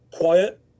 Quiet